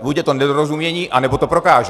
buď je to nedorozumění, anebo to prokážu.